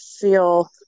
feel